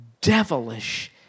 devilish